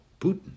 Putin